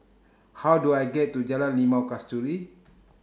How Do I get to Jalan Limau Kasturi